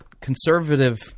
conservative